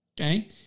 Okay